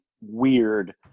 weird